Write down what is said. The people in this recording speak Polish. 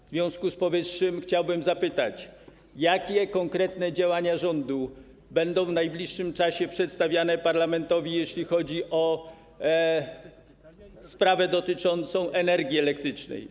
W związku z powyższym chciałbym zapytać: Jakie konkretne działania rządu będą w najbliższym czasie przedstawiane parlamentowi, jeśli chodzi o sprawę dotyczącą energii elektrycznej?